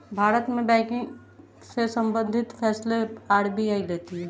भारत में बैंकिंग से सम्बंधित फैसले आर.बी.आई लेती है